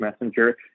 Messenger